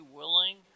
willing